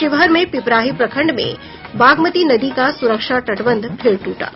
शिवहर में पिपराही प्रखंड में बागमती नदी का सुरक्षा तटबंध फिर टूटा